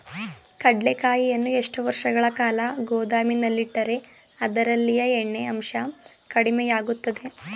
ಕಡ್ಲೆಕಾಯಿಯನ್ನು ಎಷ್ಟು ವರ್ಷಗಳ ಕಾಲ ಗೋದಾಮಿನಲ್ಲಿಟ್ಟರೆ ಅದರಲ್ಲಿಯ ಎಣ್ಣೆ ಅಂಶ ಕಡಿಮೆ ಆಗುತ್ತದೆ?